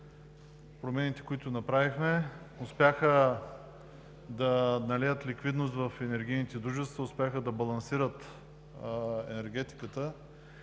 Промените, които направихме, успяха да налеят ликвидност в енергийните дружества и да балансират енергетиката.